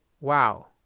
Wow